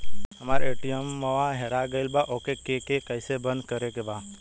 हमरा ए.टी.एम वा हेरा गइल ओ के के कैसे बंद करे के बा?